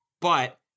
But-